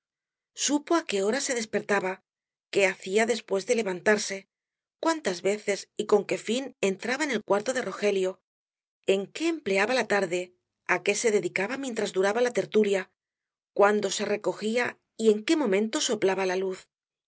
supo á qué hora se despertaba qué hacía después de levantarse cuántas veces y con qué fin entraba en el cuarto de rogelio en qué empleaba la tarde á qué se dedicaba mientras duraba la tertulia cuándo se recogía y en qué momento soplaba la luz y